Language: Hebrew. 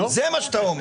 זה מה שאתה אומר.